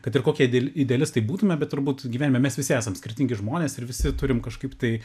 kad ir kokie ide idealistai būtume bet turbūt gyvenime mes visi esam skirtingi žmonės ir visi turim kažkaip tai